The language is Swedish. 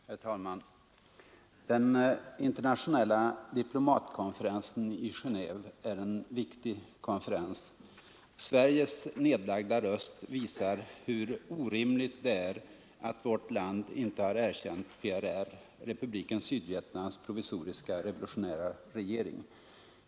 Herr talman! Den internationella diplomatkonferensen i Gentve är en viktig konferens. Sveriges nedlagda röst visar hur orimligt det är att vårt land inte har erkänt PRR — Republiken Sydvietnams provisoriska revolutionära regering.